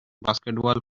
basketball